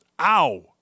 Ow